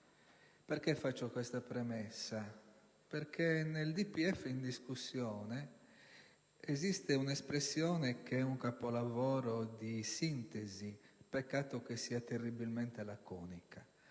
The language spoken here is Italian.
Faccio questa premessa perché nel DPEF in discussione esiste un'espressione che è un capolavoro di sintesi; peccato che sia terribilmente laconica.